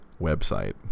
website